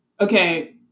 okay